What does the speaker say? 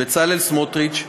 בצלאל סמוטריץ,